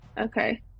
Okay